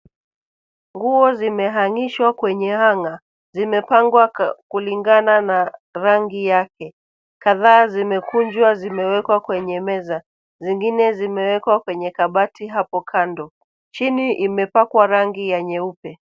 Nguo zimehang'ishwa kwenye cs[hanger]cs. Zimepangwa kulingana na rangi yake. Kadhaa zimekunjwa zimewekwa kwenye meza. Zingine zimewekwa kwenye kabati hapo kando. Chini imepakwa rangi ya nyeupe.